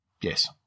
Yes